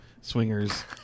Swingers